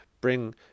bring